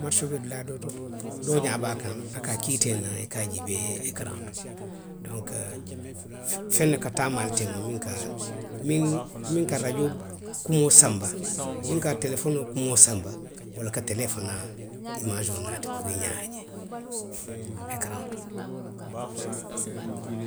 madisoo be dulaa doo to, doo ňaa be a kaŋ, a ka kii ite ye naŋ, i ka a jiibee, ekeraŋo to. Donku, feŋ ne ka taama ali teema miŋ ka, miŋ, miŋ ka rajoo kumoo sanba, miŋ ka telefonoo kumoo sanba, wo le ka telee fanaa iimaasoo naa ti puru i ňaa ye a je. ekeraŋo to